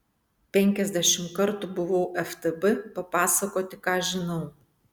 penkiasdešimt kartų buvau ftb papasakoti ką žinau